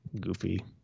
goofy